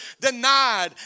denied